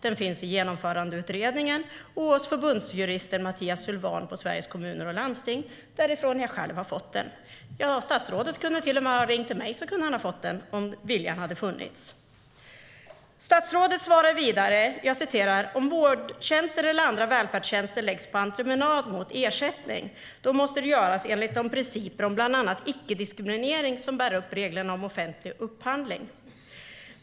Den finns med i Genomförandeutredningen och hos förbundsjuristen Mattias Sylwan på Sveriges Kommuner och Landsting, därifrån jag själv har fått den. Om viljan hade funnits kunde statsrådet till och med ha ringt till mig, så hade han fått den. Statsrådet svarar vidare: "Men om vårdtjänster eller andra välfärdstjänster läggs ut på entreprenad mot ersättning, då måste det göras enligt de principer om bl.a. icke-diskriminering som bär upp reglerna om offentlig upphandling."